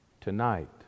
tonight